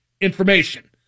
information